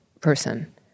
person